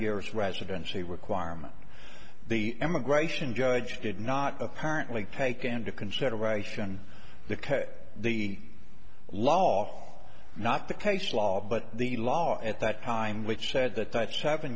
years residency requirement the immigration judge did not apparently take into consideration the the law not the case law but the law at that time which said the tight s